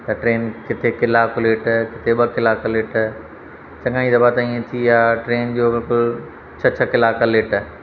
त ट्रेन किथे किलाकु लेट किथे ॿ किलाक लेट चङा ई दफा त इएं थी आहे ट्रेन जो बिलकुलु छह छह किलाक लेट आहे